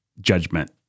judgment